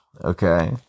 okay